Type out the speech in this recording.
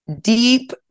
deep